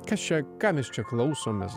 kas čia ką mes čia klausomės